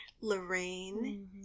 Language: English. Lorraine